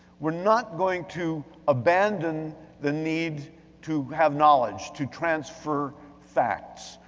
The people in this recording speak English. we're not going to abandon the need to have knowledge, to transfer facts,